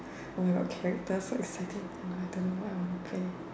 oh characters exciting but don't know what I want to play